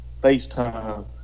FaceTime